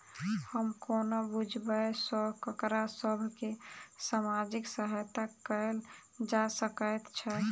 हम कोना बुझबै सँ ककरा सभ केँ सामाजिक सहायता कैल जा सकैत छै?